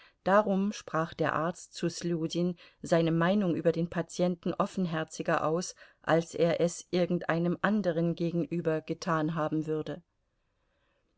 darum sprach der arzt zu sljudin seine meinung über den patienten offenherziger aus als er es irgendeinem anderen gegenüber getan haben würde